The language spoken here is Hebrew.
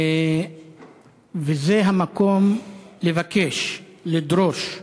וזה המקום לבקש, לדרוש,